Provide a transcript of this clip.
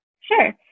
Sure